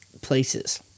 places